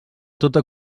tota